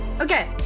Okay